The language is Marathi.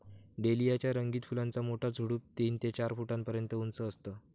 डेलिया च्या रंगीत फुलांचा मोठा झुडूप तीन ते चार फुटापर्यंत उंच असतं